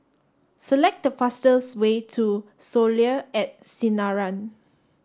select the fastest way to Soleil at Sinaran